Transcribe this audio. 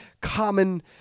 common